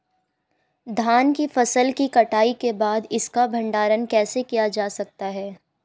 धान की फसल की कटाई के बाद इसका भंडारण कैसे किया जा सकता है?